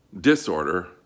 disorder